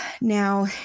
Now